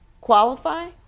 qualify